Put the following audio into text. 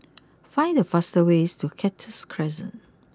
find the fastest way to Cactus Crescent